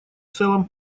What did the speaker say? целом